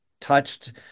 touched